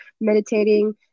meditating